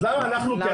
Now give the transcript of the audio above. אז למה אנחנו כהצהרה,